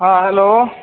हँ हेलो